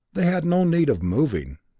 they had no need of moving,